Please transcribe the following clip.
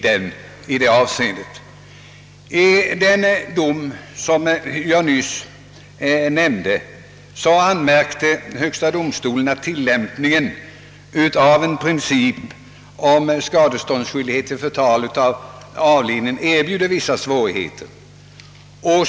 Beträffande den dom som jag nyss nämnde anmärkte högsta domstolen att tillämpningen av en princip om skadeståndsskyldighet vid förtal av avliden erbjuder vissa svårigheter.